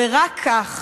ורק כך